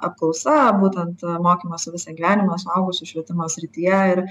apklausa būtent mokymosi visą gyvenimą suaugusių švietimo srityje ir